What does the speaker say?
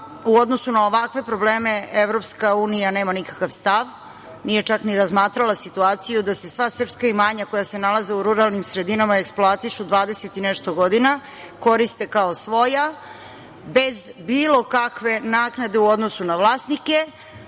u odnosu na ovakve probleme EU nema nikakav stav, nije čak ni razmatrala situaciju da se sva srpska imanja koja se nalaze u ruralnim sredinama eksploatišu 20 i nešto godina, koriste kao svoja, bez bilo kakve naknade u odnosu na vlasnike,